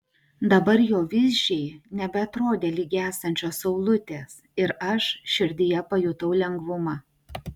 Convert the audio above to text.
dabar jo vyzdžiai nebeatrodė lyg gęstančios saulutės ir aš širdyje pajutau lengvumą